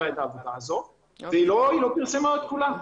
את העבודה הזאת והיא לא פרסמה את כולה.